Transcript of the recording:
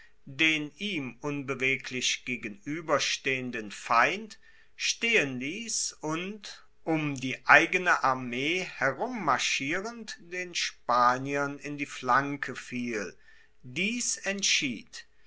den ihm unbeweglich gegenueberstehenden feind stehen liess und um die eigene armee herum marschierend den spaniern in die flanke fiel dies entschied